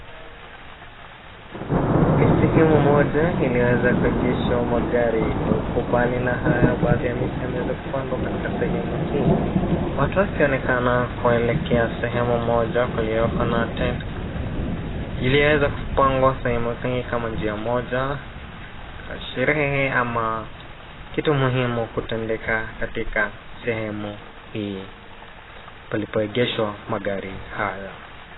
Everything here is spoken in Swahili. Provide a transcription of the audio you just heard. Ni sehemu moja iliyoweza kuegeshwa magari huku bali na hayo baadhi ya miti yameweza kupandwa katika sehemu hii. Watu wakionekaana kuelekea sehemu moja kulioko na tent iliyoweza kupangwa sehemu kama njia moja kaa sherehe ama kitu muhimu kutendeka katika sehemu hii palipo egeshwa magari haya.